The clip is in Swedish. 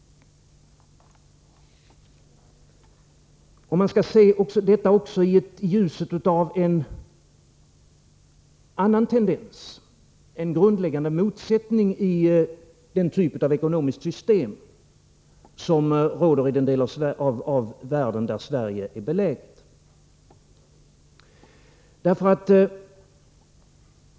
Man skall se detta också i ljuset av en annan tendens — en grundläggande motsättning i den typ av ekonomiskt system som råder i den del av världen där Sverige är beläget.